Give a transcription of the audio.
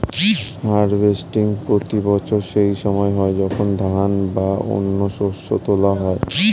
harvesting প্রতি বছর সেই সময় হয় যখন ধান বা অন্য শস্য তোলা হয়